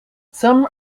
some